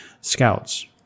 Scouts